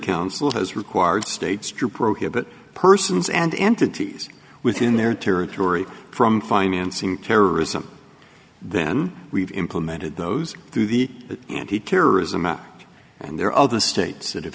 council has required states to prohibit persons and entities within their territory from financing terrorism then we've implemented those through the antiterrorism act and there are other states that